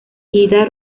ida